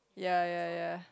ya ya ya